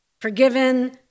forgiven